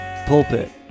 pulpit